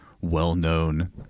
well-known